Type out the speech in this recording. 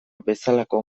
bezalako